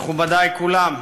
מכובדי כולם,